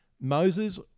Moses